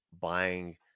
buying